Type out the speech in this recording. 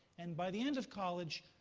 and by the end of college,